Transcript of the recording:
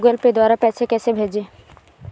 Google Pay द्वारा पैसे कैसे भेजें?